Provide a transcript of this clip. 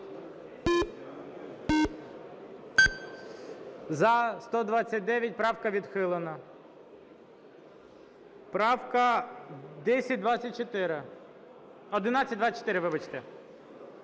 За-129 Правка відхилена. Правка 1024. 1124, вибачте.